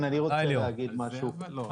אני רוצה להגיד משהו.